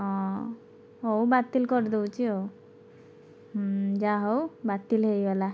ହଁ ହେଉ ବାତିଲ୍ କରିଦେଉଛି ଆଉ ହୁଁ ଯାହା ହେଉ ବାତିଲ୍ ହୋଇଗଲା